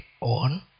on